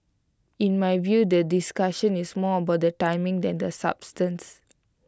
in my view the discussion is more about the timing than the substance